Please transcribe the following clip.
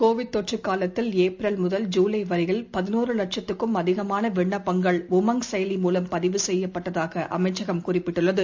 Covid தொற்றுகாலத்தில் April முதல் ஜூலைவரையில் பதினோருலட்சத்துக்கும் அதிகமானவிண்ணப்பங்கள் உமங் செயலி மூலம் பதிவு செய்யப்பட்டதாகஅமைச்சகம் குறிப்பிட்டுள்ளது